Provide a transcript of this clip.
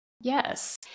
Yes